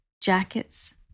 jackets